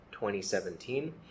2017